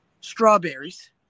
strawberries